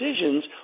decisions